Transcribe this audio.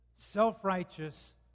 self-righteous